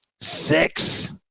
six